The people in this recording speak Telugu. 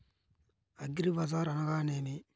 అగ్రిబజార్ అనగా నేమి?